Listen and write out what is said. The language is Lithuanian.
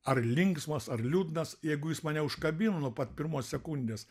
ar linksmas ar liūdnas jeigu jis mane užkabino nuo pat pirmos sekundės